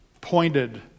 pointed